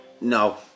No